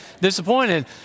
disappointed